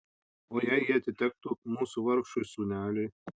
o jei jie atitektų mūsų vargšui sūneliui